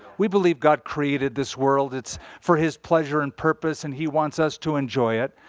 we believe god created this world. it's for his pleasure and purpose, and he wants us to enjoy it.